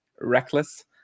reckless